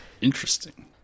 Interesting